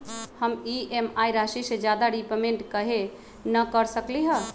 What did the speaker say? हम ई.एम.आई राशि से ज्यादा रीपेमेंट कहे न कर सकलि ह?